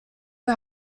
who